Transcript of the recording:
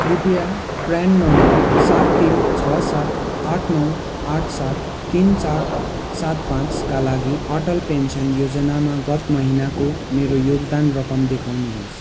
कृपया PRAN number सात तिन छ सात आठ नौ आठ सात तिन चार सात पाँचका लागि अटल पेन्सन योजनामा गत महिनाको मेरो योगदान रकम देखाउनुहोस्